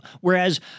Whereas